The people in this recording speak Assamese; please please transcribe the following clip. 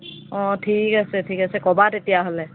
অঁ ঠিক আছে ঠিক আছে ক'বা তেতিয়াহ'লে